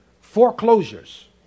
foreclosures